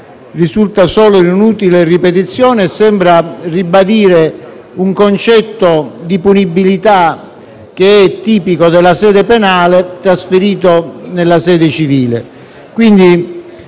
risulta solo un'inutile ripetizione e sembra ribadire un concetto di punibilità, tipico della sede penale, trasferito nella sede civile. Il